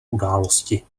události